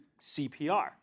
CPR